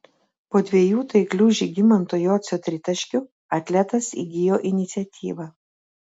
po dviejų taiklių žygimanto jocio tritaškių atletas įgijo iniciatyvą